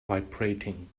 vibrating